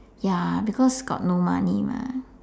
ya because got no money mah